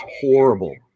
horrible